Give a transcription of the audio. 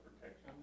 protection